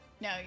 No